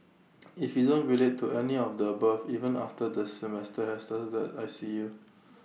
if you don't relate to any of the above even after the semester has started I see you